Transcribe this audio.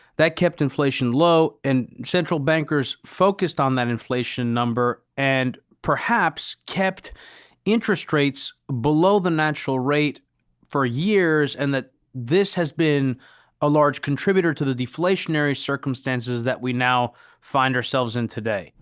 that kept inflation low, and central bankers focused on that inflation number. and perhaps, kept interest rates below the natural rate for years and that this has been a large contributor to the deflationary circumstances that we now find ourselves in today.